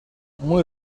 muy